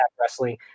wrestling